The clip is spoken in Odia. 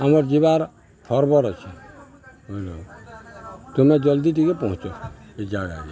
ଆମର୍ ଯିବାର ଫର୍ବର ଅଛି ବୁିଲ ତୁମେ ଜଲ୍ଦି ଟିକେ ପହଞ୍ଚ ଏ ଜାଗାକେ